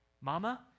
Mama